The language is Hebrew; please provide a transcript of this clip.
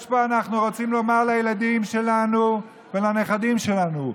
אנחנו רוצים לומר לילדים שלנו ולנכדים שלנו: